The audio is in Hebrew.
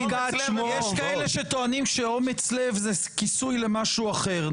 יש כאלה שטוענים שאומץ לב זה כיסוי למשהו אחר.